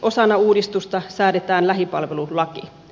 osana uudistusta säädetään lähipalvelulaki